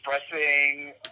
expressing